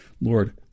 Lord